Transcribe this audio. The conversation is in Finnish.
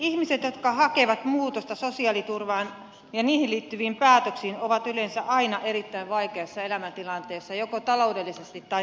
ihmiset jotka hakevat muutosta sosiaaliturvaan ja niihin liittyviin päätöksiin ovat yleensä aina erittäin vaikeassa elämäntilanteessa joko taloudellisesti tai terveydellisesti